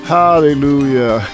hallelujah